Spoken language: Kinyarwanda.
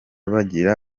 bagira